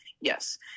yes